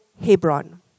Hebron